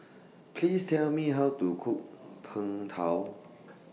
Please Tell Me How to Cook Png Tao